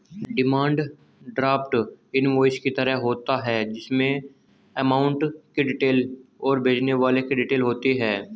demand draft invoice की तरह होता है जिसमे अमाउंट की डिटेल और भेजने वाले की डिटेल होती है